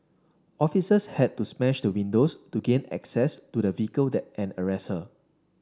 officers had to smash the windows to gain access to the vehicle and arrest her